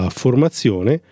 formazione